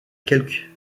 quelque